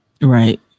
Right